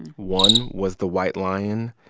one was the white lion,